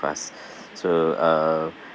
us so uh